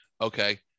okay